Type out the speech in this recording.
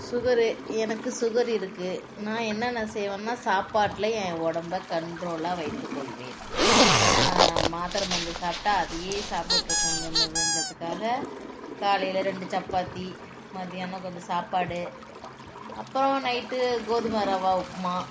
sugar எனக்கு sugar இருக்கு நான் என்னென்ன செய்வன்னா சாப்பாட்டில் ஏன் உடம்ப கண்ட்ரோலாக வைத்துக் கொள்வேன் ஏன்னா நான் மாத்தர மருந்து சாப்பிடா அதே சாப்டுட்டுருக்குன்னுங்குறதுக்காக காலையில் ரெண்டு சப்பாத்தி மத்தியானோம் கொஞ்சம் சாப்பாடு அப்புறோம் நைட்டு கோதுமை ரவா உப்புமா